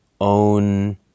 own